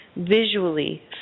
Visually